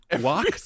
walk